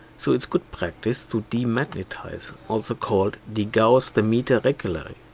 so its good practice to demagetize, also called degauss the meter regularly.